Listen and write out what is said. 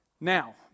Now